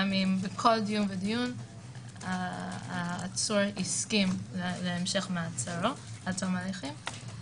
גם אם כל דיון העצור הסכים להמשך מעצרו עד תום ההליכים.